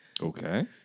Okay